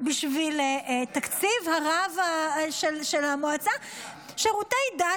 בשביל תקציב הרב של המועצה -- שירותי דת.